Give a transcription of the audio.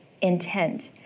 intent